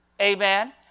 Amen